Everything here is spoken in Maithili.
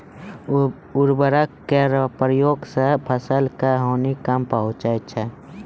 उर्वरक केरो प्रयोग सें फसल क हानि कम पहुँचै छै